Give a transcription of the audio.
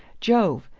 jove!